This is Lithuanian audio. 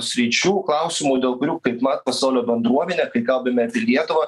sričių klausimų dėl kurių kaipmat pasaulio bendruomenė kai kalbame apie lietuvą